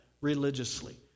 religiously